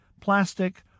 plastic